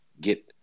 get